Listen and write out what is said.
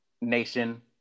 nation